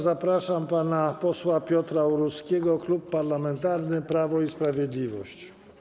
Zapraszam pana posła Piotra Uruskiego, Klub Parlamentarny Prawo i Sprawiedliwość.